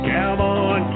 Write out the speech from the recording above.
Cowboy